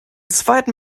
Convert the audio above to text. zweiten